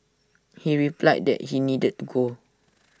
he replied that he needed to go